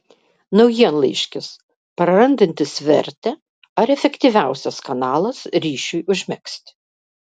naujienlaiškis prarandantis vertę ar efektyviausias kanalas ryšiui užmegzti